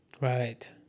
right